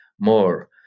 more